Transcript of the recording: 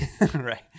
Right